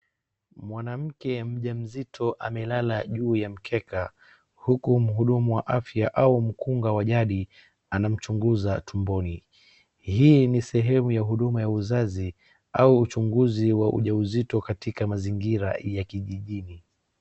Mwanamke mjamzito amelala juu ya mkeka huku mhudumu wa afya au mkunga wa jadi anamchunguza tumboni. Hii ni sehemu ya huduma ya uzazi au uchunguzi wa uja uzito katika mazingira ya kijijini.